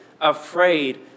afraid